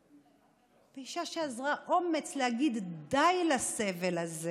אישה שאזרה אומץ להגיד די לסבל הזה,